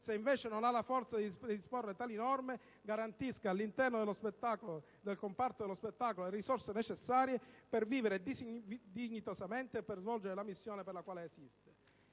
se, invece, non ha la forza di predisporre tali norme, garantisca all'intero comparto dello spettacolo le risorse necessarie per vivere dignitosamente e per svolgere la missione per la quale esiste.